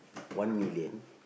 one million